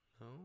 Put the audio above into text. No